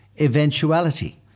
eventuality